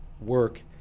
work